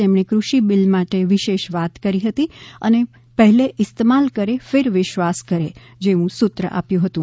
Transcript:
જેમણે કૃષિ બિલ માટે વિશેષ વાત કરી હતી અને પહેલે ઇસ્તમાલ કરે ફિર વિશ્વાસ કરે જેવું સૂત્ર આપ્યું હતું